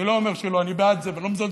אני לא אומר שלא, אני בעד זה ולא מזלזל.